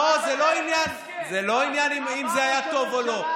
לא, זה לא עניין אם זה היה טוב או לא.